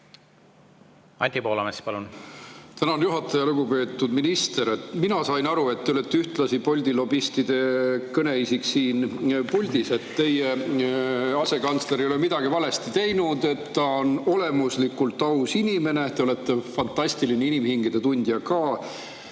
Anti Poolamets, palun! Tänan, juhataja! Lugupeetud minister! Mina sain aru, et te olete ühtlasi Bolti lobistide kõneisik siin puldis. Teie asekantsler ei ole midagi valesti teinud, ta on olemuslikult aus inimene ja te olete fantastiline inimhingede tundja ka.